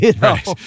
Right